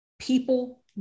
people